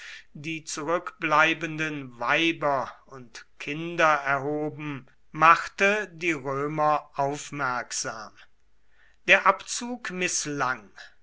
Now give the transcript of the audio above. die zurückbleibenden weiber und kinder erhoben machte die römer aufmerksam der abzug mißlang